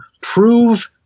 prove